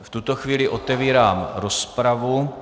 V tuto chvíli otevírám rozpravu.